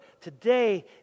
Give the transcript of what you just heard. today